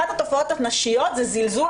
אחת התופעות הנשיות זה זלזול,